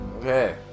Okay